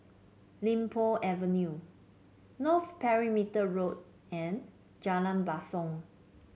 Li Po Avenue North Perimeter Road and Jalan Basong